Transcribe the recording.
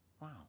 Wow